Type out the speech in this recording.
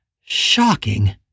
shocking